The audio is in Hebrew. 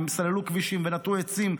הם סללו כבישים ונטעו עצים,